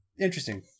Interesting